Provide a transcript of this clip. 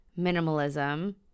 minimalism